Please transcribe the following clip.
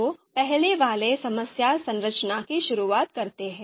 तो पहले वाले समस्या संरचना की शुरुआत करते हैं